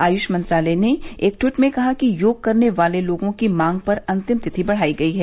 आयुष मंत्रालय ने एक ट्वीट में कहा कि योग करने वाले लोगों की मांग पर अंतिम तिथि बढ़ाई गई है